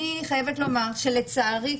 אני חייבת לומר שלצערי,